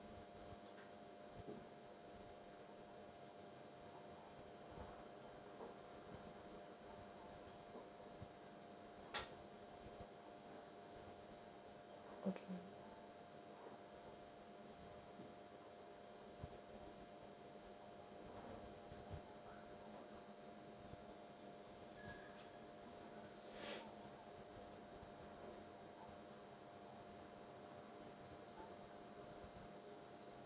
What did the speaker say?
okay